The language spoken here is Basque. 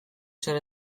zer